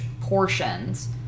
portions